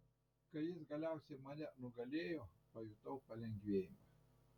kai jis galiausiai mane nugalėjo pajutau palengvėjimą